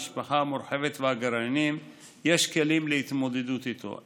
למשפחה המורחבת והגרעינית יש כלים להתמודדות איתו.